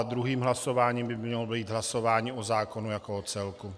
Druhým hlasováním by mělo být hlasování o zákonu jako o celku.